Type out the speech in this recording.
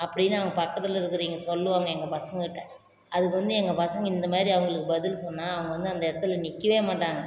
அப்படின்னு அவங்க பக்கத்தில் இருக்கிறவிங்க சொல்லுவாங்க எங்கள் பசங்ககிட்ட அதுக்கு வந்து எங்கள் பசங்க இந்தமாதிரி அவங்களுக்கு பதில் சொன்னால் அவங்க வந்து அந்த இடத்துல நிற்கவே மாட்டாங்க